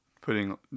putting